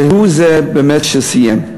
והוא זה שבאמת סיים,